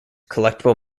collectible